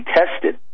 tested